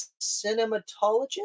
cinematologist